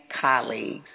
colleagues